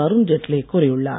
அருண்ஜெட்லி கூறியுள்ளார்